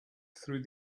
through